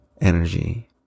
energy